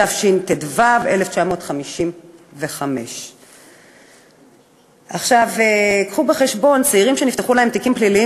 התשט"ו 1955". קחו בחשבון שצעירים שנפתחו להם תיקים פליליים